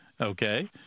Okay